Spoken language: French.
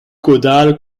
caudale